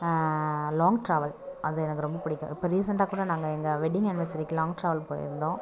long travel அது எனக்கு ரொம்ப பிடிக்கும் இப்போ ரீசண்டாக கூட நாங்கள் எங்க வெட்டிங் ஆனிவசரிக்கு லாங் ட்ராவல் போயிருந்தோம்